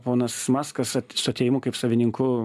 ponas maskas at su atėjimu kaip savininku